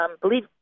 believe